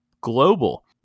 global